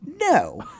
no